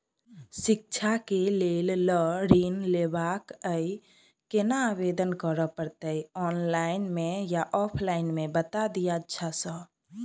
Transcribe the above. शिक्षा केँ लेल लऽ ऋण लेबाक अई केना आवेदन करै पड़तै ऑनलाइन मे या ऑफलाइन मे बता दिय अच्छा सऽ?